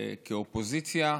כאופוזיציה.